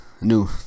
new